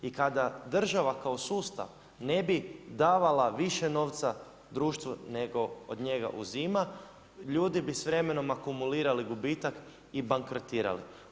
I kada država kao sustav ne bi davala više novca društvu nego od njega uzima ljudi bi s vremenom akumulirali gubitak i bankrotirali.